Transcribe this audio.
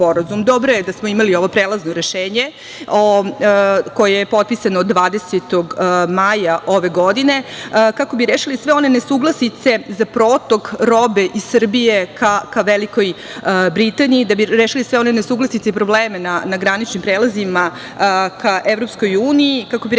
Dobro je da smo imali ovo prelazno rešenje koje je potpisano 20. maja ove godine, kako bi rešili sve one nesuglasice za protok robe iz Srbije ka Velikoj Britaniji i da bi rešili sve one nesuglasice i probleme na graničnim prelazima ka Evropskoj uniji i kako bi rešili